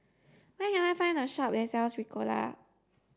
where can I find a shop that sells Ricola